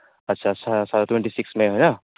আচ্ছা twenty six নহ্